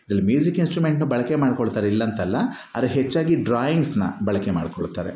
ಇದರಲ್ಲಿ ಮ್ಯೂಸಿಕ್ ಇನ್ಟ್ರುಮೆಂಟ್ಸ್ನ ಬಳಕೆ ಮಾಡಿಕೊಳ್ತಾರೆ ಇಲ್ಲ ಅಂತಲ್ಲ ಆದ್ರೆ ಹೆಚ್ಚಾಗಿ ಡ್ರಾಯಿಂಗ್ಸ್ನ ಬಳಕೆ ಮಾಡಿಕೊಳ್ತಾರೆ